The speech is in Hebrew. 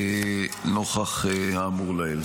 נוכח האמור לעיל.